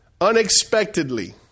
Unexpectedly